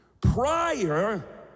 prior